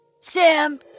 Sam